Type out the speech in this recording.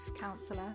counsellor